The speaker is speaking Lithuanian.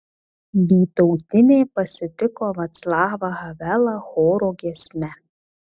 vytautinė pasitiko vaclavą havelą choro giesme